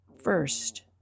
First